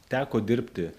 teko dirbti